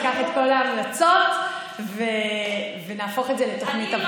ניקח את כל ההמלצות ונהפוך את זה לתוכנית עבודה.